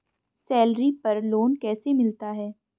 Salary पर loan कैसे मिलता है?